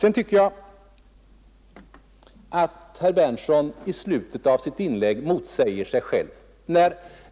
Enligt min mening motsäger herr Berndtson sig själv i slutet av sitt inlägg.